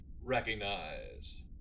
recognize